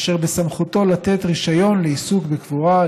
אשר בסמכותו לתת רישיון לעיסוק בקבורה,